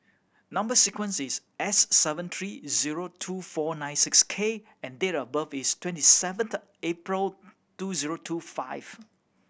number sequence is S seven three zero two four nine six K and date of birth is twenty seventh April two zero two five